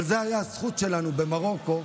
אבל זאת הייתה הזכות שלנו במרוקו,